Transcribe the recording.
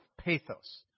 pathos